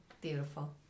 Beautiful